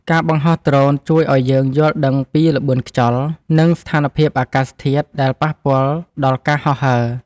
ការបង្ហោះដ្រូនជួយឱ្យយើងយល់ដឹងពីល្បឿនខ្យល់ និងស្ថានភាពអាកាសធាតុដែលប៉ះពាល់ដល់ការហោះហើរ។